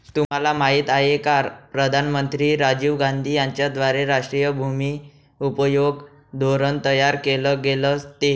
तुम्हाला माहिती आहे का प्रधानमंत्री राजीव गांधी यांच्याद्वारे राष्ट्रीय भूमि उपयोग धोरण तयार केल गेलं ते?